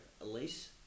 Elise